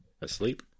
asleep